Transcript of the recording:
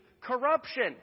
corruption